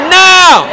now